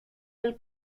del